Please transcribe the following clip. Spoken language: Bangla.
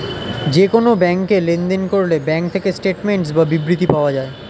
যে কোন ব্যাংকে লেনদেন করলে ব্যাঙ্ক থেকে স্টেটমেন্টস বা বিবৃতি পাওয়া যায়